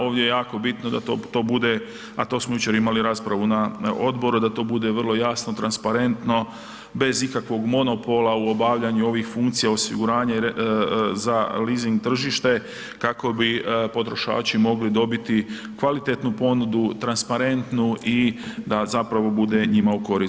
Ovdje je jako bitno da to bude, a to smo jučer imali raspravnu na odboru, da to bude vrlo jasno, transparentno bez ikakvog monopola u obavljanju ovih funkcija osiguranja za leasing tržište kako bi potrošači mogli dobiti kvalitetnu ponudu, transparentu i da zapravo bude njima u korist.